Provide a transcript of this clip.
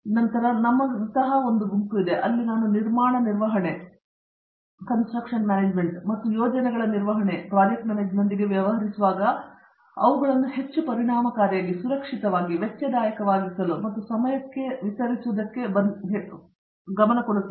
ನಂತರ ನಮಗೆ ನಮ್ಮಂತಹ ಒಂದು ಗುಂಪು ಇದೆ ಅಲ್ಲಿ ನಾನು ನಿರ್ಮಾಣ ನಿರ್ವಹಣೆ ಮತ್ತು ಯೋಜನೆಗಳ ನಿರ್ವಹಣೆಯೊಂದಿಗೆ ವ್ಯವಹರಿಸುವಾಗ ಮತ್ತು ಅವುಗಳನ್ನು ಹೆಚ್ಚು ಪರಿಣಾಮಕಾರಿಯಾಗಿ ಸುರಕ್ಷಿತವಾಗಿ ವೆಚ್ಚದಾಯಕವಾಗಿಸಲು ಮತ್ತು ಸಮಯಕ್ಕೆ ವಿತರಿಸುವುದಕ್ಕೆ ಬಂದಿದ್ದೇವೆ